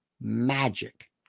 magic